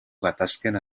gatazken